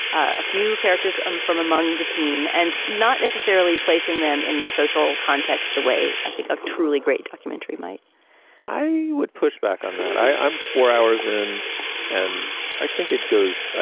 a few characters um from among the team and not necessarily placing them in a social context the way i think a truly great documentary might i would push back on that. i'm four hours in and i think it goes.